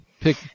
Pick